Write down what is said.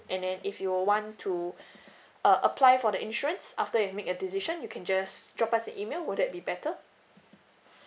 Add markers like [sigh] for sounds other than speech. and then if you want to [breath] uh apply for the insurance after you make a decision you can just drop us an email would that be better